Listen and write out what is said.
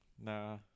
Nah